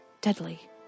Deadly